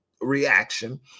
reaction